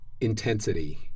intensity